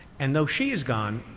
and though she's gone,